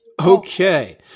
Okay